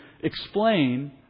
explain